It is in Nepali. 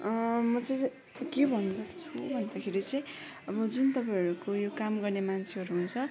म चाहिँ के भन्दछु भन्दाखेरि चाहिँ अब जुन तपाईँहरूको यो काम गर्ने मान्छेहरू हुन्छ